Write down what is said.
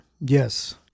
Yes